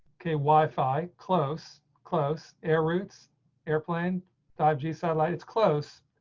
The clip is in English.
okay, wi fi. close. close air routes airplane dodgy satellite it's close.